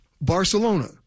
barcelona